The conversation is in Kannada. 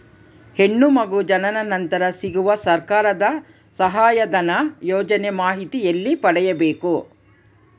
ಹೆಣ್ಣು ಮಗು ಜನನ ನಂತರ ಸಿಗುವ ಸರ್ಕಾರದ ಸಹಾಯಧನ ಯೋಜನೆ ಮಾಹಿತಿ ಎಲ್ಲಿ ಪಡೆಯಬೇಕು?